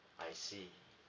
I see